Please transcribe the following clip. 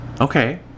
Okay